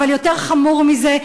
אבל יותר חמור מזה,